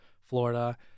Florida